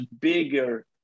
bigger